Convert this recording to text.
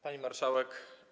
Pani Marszałek!